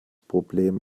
problem